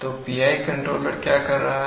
तो PI controller क्या कर रहा है